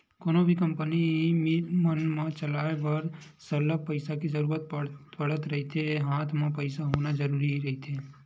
कोनो भी company, mill मन ल चलाय बर सरलग पइसा के जरुरत पड़त रहिथे हात म पइसा होना जरुरी ही रहिथे